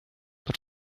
but